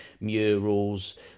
murals